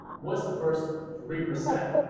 what is the first three percent?